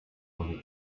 more